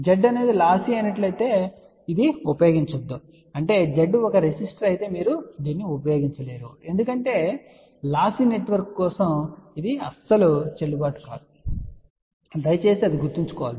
Z అనేది lossy అయినట్లయితే దయచేసి ఈ ప్రత్యేక భావనను ఉపయోగించవద్దు అంటే Z ఒక రెసిస్టర్ అయితే మీరు ఈ ప్రత్యేకమైనదాన్ని ఉపయోగించలేరు ఎందుకంటే లాస్సీ నెట్వర్క్ కోసం ఇది అస్సలు చెల్లుబాటు కాదు సరే దయచేసి అది గుర్తుంచుకోండి